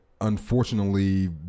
Unfortunately